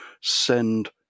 send